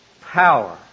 power